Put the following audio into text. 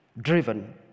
driven